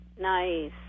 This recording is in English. Nice